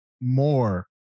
more